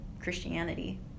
Christianity